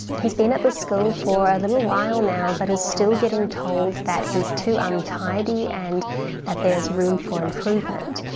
he's been at the school for a little while now but is still getting told that he's too untidy and that there's room for improvement.